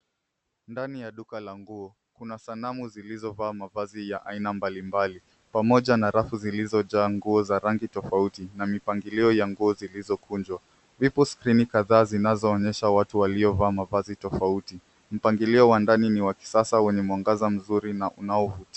Ndani ya duka la nguo, kuna sanamu zilizovaa mavazi ya aina mbalimbali pamoja na rafu zilizojaa nguo za rangi tofauti na mipangilio ya nguo zilizokunjwa. Zipo skrini kadhaa zinazoonyesha watu waliovaa mavazi tofauti. Mpangilio wa ndani ni wa kisasa wenye mwangaza mzuri na unaovutia.